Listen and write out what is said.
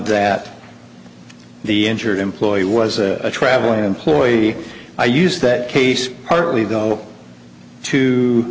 that the injured employee was a traveling employee i used that case partly though to